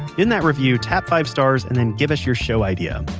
in that review, tap five stars and then give us your show idea.